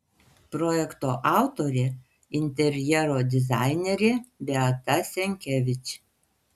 projekto autorė interjero dizainerė beata senkevič